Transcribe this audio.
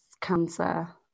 cancer